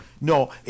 No